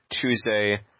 Tuesday